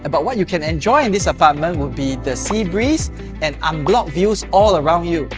but what you can enjoy in this apartment would be the sea breeze and unblocked views, all around you.